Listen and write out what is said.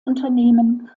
unternehmen